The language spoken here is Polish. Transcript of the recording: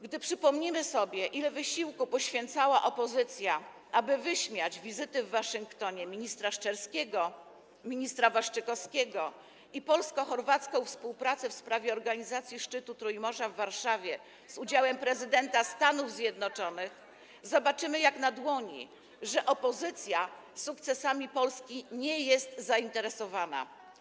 Gdy przypomnimy sobie, ile wysiłku poświęcała opozycja na to, aby wyśmiać wizyty w Waszyngtonie ministra Szczerskego, ministra Waszczykowskiego i polsko-chorwacką współpracę w sprawie organizacji szczytu Trójmorza w Warszawie z udziałem prezydenta Stanów Zjednoczonych, zobaczymy jak na dłoni, że opozycja sukcesami Polski nie jest zainteresowana.